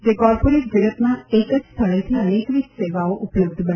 જે કોર્પોરેટ જગતમાં એક જ સ્થળેથી અનેકવિધ સેવાઓ ઉપલબ્ધ બનાવશે